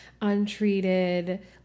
untreated